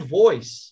voice